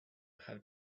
had